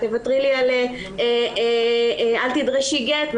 אל תדרשי גט.